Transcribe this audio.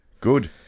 Good